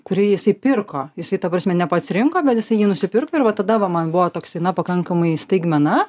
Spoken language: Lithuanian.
kurį jisai pirko jisai ta prasme ne pats rinko bet jisai jį nusipirko ir va tada va man buvo toksai na pakankamai staigmena